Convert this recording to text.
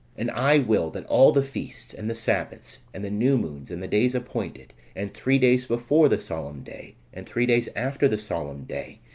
and i will that all the feasts, and the sabbaths, and the new moons, and the days appointed, and three days before the solemn day, and three days after the solemn day,